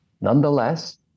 Nonetheless